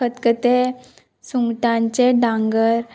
खतखतें सुंगटांचे डांगर